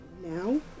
now